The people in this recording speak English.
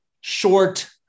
short